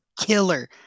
killer